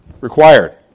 Required